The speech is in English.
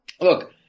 Look